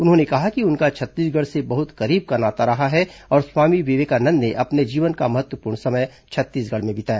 उन्होंने कहा कि उनका छत्तीसगढ़ से बहुत करीब का नाता रहा है और स्वामी विवेकानंद ने अपने जीवन का महत्वपूर्ण समय छत्तीसगढ़ में बिताया